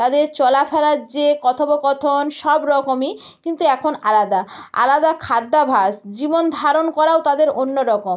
তাদের চলা ফেরার যে কথোপকথন সব রকমই কিন্তু এখন আলাদা আলাদা খাদ্যাভাস জীবনধারণ করাও এখন অন্য রকম